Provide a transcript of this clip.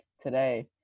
today